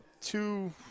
two